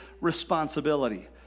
responsibility